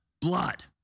blood